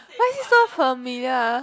why is it so familiar ah